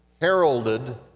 heralded